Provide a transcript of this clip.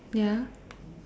ya